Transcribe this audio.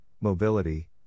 Mobility